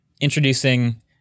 Introducing